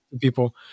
people